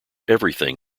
everything